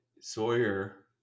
Sawyer